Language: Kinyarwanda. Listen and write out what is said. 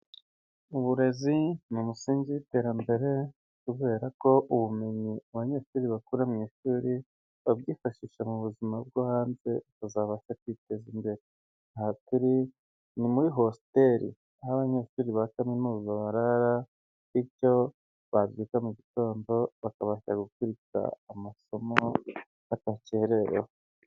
Uburezi ni umusingi w'iterambere kubera ko ubumenyi abanyeshuri bakura mu ishuri, babyifashisha mu buzima bwo hanze bakazabasha kwiteza imbere, aha turi ni muri hostel aho abanyeshuri ba kaminuza barara bityo babyuka mu gitondo bakabasha gukurikira amasomo badakererewe.